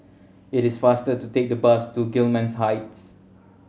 it is faster to take the bus to Gillman Heights